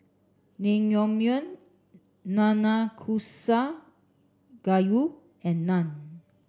Naengmyeon Nanakusa Gayu and Naan